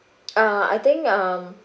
uh I think um